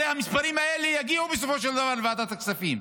הרי המספרים האלה יגיעו בסופו של דבר לוועדת הכספים,